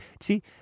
See